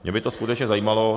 Mě by to skutečně zajímalo.